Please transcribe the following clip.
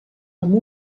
amb